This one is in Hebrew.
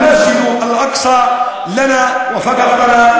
(מערבית: מסגד אל-אקצא הוא שלנו ורק שלנו).